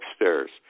upstairs